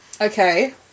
Okay